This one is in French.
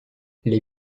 les